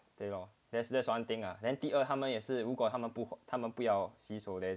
对咯 there's that's one thing ah then 第二他们也是如果他们不他们不要洗手 then